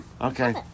okay